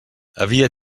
havia